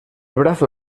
brazo